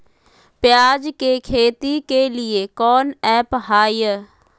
प्याज के खेती के लिए कौन ऐप हाय?